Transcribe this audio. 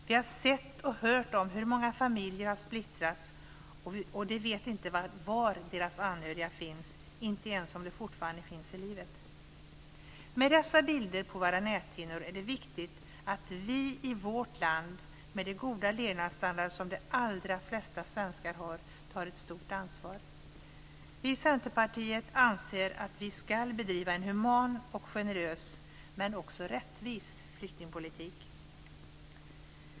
Vi har sett och hört om hur många familjer har splittrats. De vet inte var deras anhöriga finns - de vet inte ens om de fortfarande finns i livet. Med dessa bilder på våra näthinnor är det viktigt att vi i vårt land, med den goda levnadsstandard som de allra flesta svenskar har, tar ett stort ansvar. Vi i Centerpartiet anser att Sverige ska bedriva en human och generös, men också rättvis, flyktingpolitik.